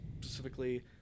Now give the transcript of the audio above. Specifically